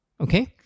Okay